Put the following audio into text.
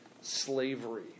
slavery